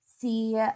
see